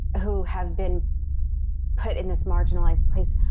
who have been put in this marginalized place,